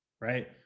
Right